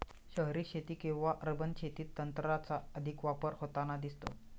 शहरी शेती किंवा अर्बन शेतीत तंत्राचा अधिक वापर होताना दिसतो